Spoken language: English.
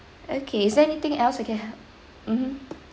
okay is there anything else I can help mmhmm